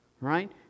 Right